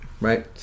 right